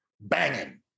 Banging